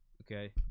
okay